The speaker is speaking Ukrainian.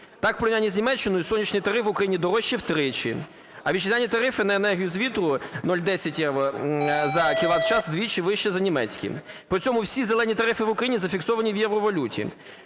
Так, в порівнянні з Німеччиною "сонячний" тариф в Україні дорожчий в тричі, а вітчизняні тарифи на енергію з вітру 0,10 євро за кіловат в час вдвічі вищі за німецькі. При цьому всі "зелені" тарифи в Україні зафіксовані в євровалюті.